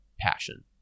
passion